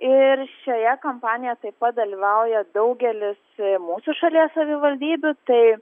ir šioje kampanijoje taip pat dalyvauja daugelis mūsų šalies savivaldybių tai